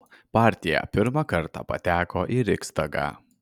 partija pirmą kartą pateko į riksdagą